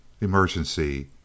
emergency